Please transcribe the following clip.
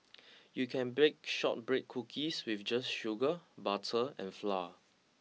you can bake shortbread cookies just with sugar butter and flour